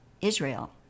Israel